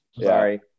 Sorry